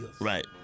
Right